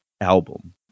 album